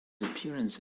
appearance